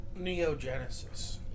neogenesis